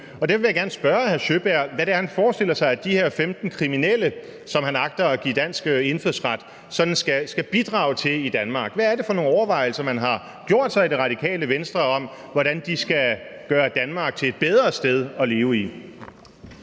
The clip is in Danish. Derfor vil jeg gerne spørge hr. Sjøberg om, hvad det er, han forestiller sig at de her 15 kriminelle, som han agter at give dansk indfødsret, skal bidrage til i Danmark. Hvad er det for nogle overvejelser, man har gjort sig i Det Radikale Venstre om, hvordan de skal gøre Danmark til et bedre sted at leve i?